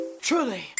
truly